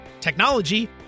technology